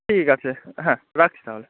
ঠিক আছে হ্যাঁ রাখছি তাহলে